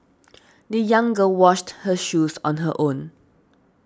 the young girl washed her shoes on her own